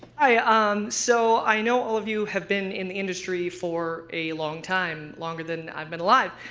hi. um so i know all of you have been in the industry for a long time, longer than i've been alive.